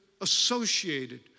associated